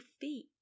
feet